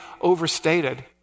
overstated